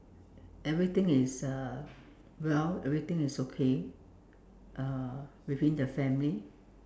everything is uh well everything is okay uh within the family